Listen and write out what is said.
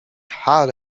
hard